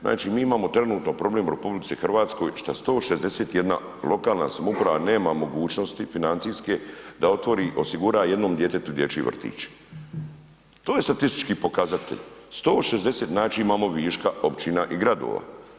Znači, mi imamo trenutno problem u RH šta 161 lokalna samouprava nema mogućnosti financijske da otvori, osigura jednom djetetu dječji vrtić, to je statistički pokazatelj, 160 znači imamo viška općina i gradova.